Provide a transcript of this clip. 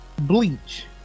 bleach